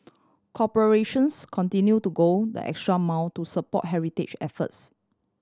corporations continued to go the extra mile to support heritage efforts